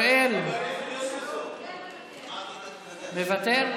מוותר?